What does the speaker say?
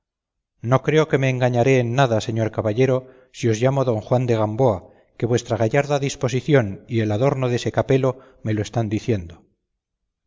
no creo que me engañaré en nada señor caballero si os llamo don juan de gamboa que vuestra gallarda disposición y el adorno dese capelo me lo están diciendo